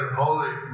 holy